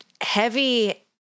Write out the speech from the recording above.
heavy